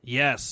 yes